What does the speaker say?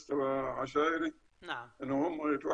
אני קורא לכל